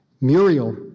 Muriel